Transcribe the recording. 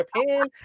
Japan